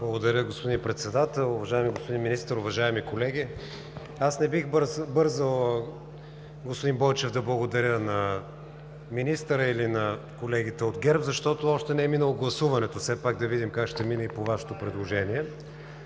Благодаря, господин Председател. Уважаеми господин Министър, уважаеми колеги! Аз не бих бързал, господин Бойчев, да благодаря на министъра или на колегите от ГЕРБ, защото още не е минало гласуването, все пак да видим как ще мине и по Вашето предложение.